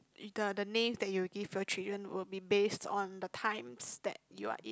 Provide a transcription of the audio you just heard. the the names that you will give your children will be based on the times that you are in